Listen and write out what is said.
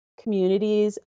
communities